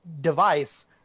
device